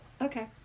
Okay